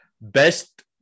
best